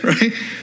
Right